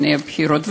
לפני הבחירות?